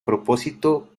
propósito